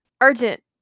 urgent